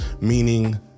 meaning